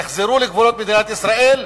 יחזרו לגבולות מדינת ישראל,